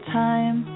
time